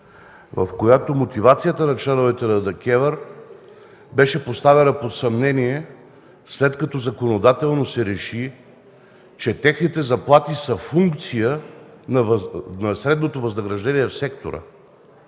в която мотивацията на членовете на ДКЕВР беше поставена под съмнение, след като законодателно се реши, че техните заплати са функция на средното възнаграждение в сектора.